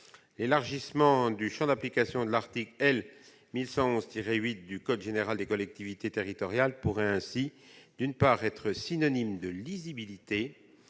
L'élargissement du champ d'application de l'article L. 1111-8 du code général des collectivités territoriales pourrait, d'une part, être synonyme de lisibilité